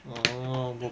orh good